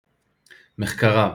מחקריו